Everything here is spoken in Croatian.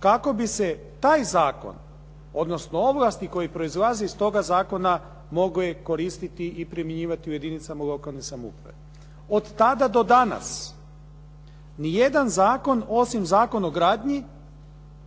kako bi se taj zakon odnosno ovlasti koje proizlaze iz tog zakona mogle koristiti i primjenjivati u jedinicama lokalne samouprave. Od tada do danas nijedan zakon osim Zakon o gradnji